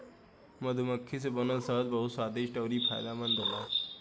मधुमक्खी से बनल शहद बहुत स्वादिष्ट अउरी फायदामंद होला